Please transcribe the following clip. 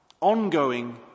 ongoing